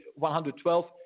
112